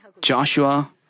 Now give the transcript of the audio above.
Joshua